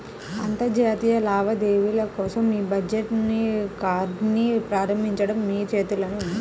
అంతర్జాతీయ లావాదేవీల కోసం మీ డెబిట్ కార్డ్ని ప్రారంభించడం మీ చేతుల్లోనే ఉంది